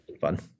fun